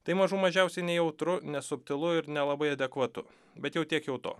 tai mažų mažiausiai nejautru nesubtilu ir nelabai adekvatu bet jau tiek jau to